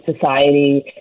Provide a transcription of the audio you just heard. Society